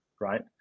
Right